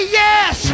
yes